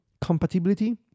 compatibility